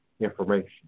information